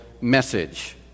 message